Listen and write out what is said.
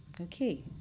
Okay